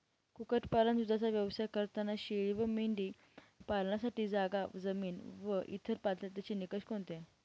कुक्कुटपालन, दूधाचा व्यवसाय करताना शेळी व मेंढी पालनासाठी जागा, जमीन व इतर पात्रतेचे निकष कोणते?